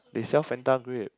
they sell fanta grape